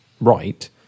right